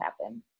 happen